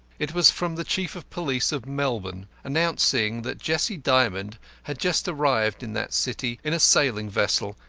it was from the chief of police of melbourne, announcing that jessie dymond had just arrived in that city in a sailing vessel,